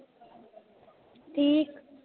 ठीक